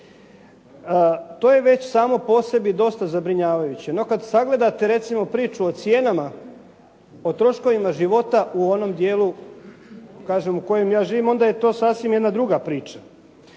To je već samo po sebi dosta zabrinjavajuće, no kad sagledate recimo priču o cijenama, o troškovima života u onom dijelu kažem u kojem ja živim, onda je to sasvim jedna druga priča.